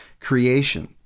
creation